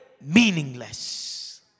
meaningless